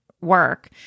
work